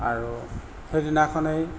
আৰু সেইদিনাখনেই